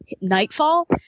nightfall